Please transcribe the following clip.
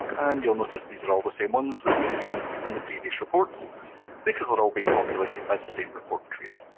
you'll notice these are all the same ones that we've seen in the previous reports because they're all being populated by the same report query.